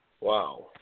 Wow